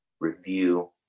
Review